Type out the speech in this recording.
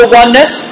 oneness